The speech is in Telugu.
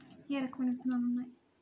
ఏ రకమైన విత్తనాలు ఉన్నాయి?